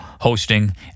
hosting